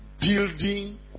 Building